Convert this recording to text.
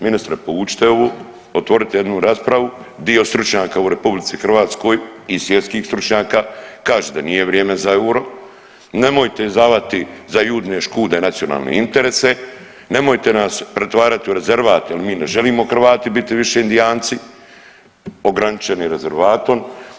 Ministre povučite ovo, otvorite jednu raspravu, dio stručnjaka u RH i svjetskih stručnjaka kaže da nije vrijeme za euro, nemojte izdavati za Judine škude nacionalne interese, nemojte nas pretvarati u rezervat jer mi ne želimo Hrvati više biti Indijanci ograničeni rezervatom.